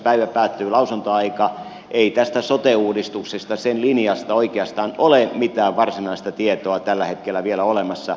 päivä päättyy lausuntoaika ei tästä sote uudistuksesta sen linjasta oikeastaan ole mitään varsinaista tietoa tällä hetkellä vielä olemassa